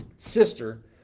sister